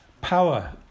power